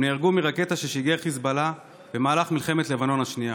הם נהרגו מרקטה ששיגר חיזבאללה במהלך מלחמת לבנון השנייה.